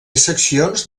seccions